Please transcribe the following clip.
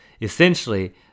essentially